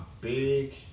big